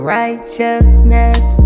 righteousness